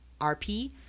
RP